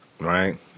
right